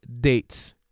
dates